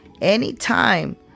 Anytime